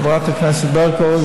חברת הכנסת ברקו,